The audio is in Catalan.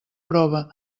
prova